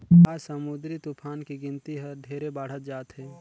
आज समुददरी तुफान के गिनती हर ढेरे बाढ़त जात हे